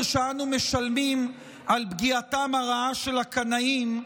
שאנו משלמים על פגיעתם הרעה של הקנאים,